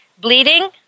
bleeding